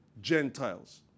Gentiles